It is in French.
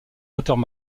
moteurs